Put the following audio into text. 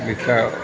ଗୀତ